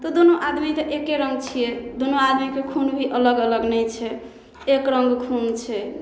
तऽ दुनू आदमी तऽ एके रङ्ग छियै दुनू आदमीके खून भी अलग अलग नहि छै एक रङ्ग खून छै